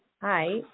Hi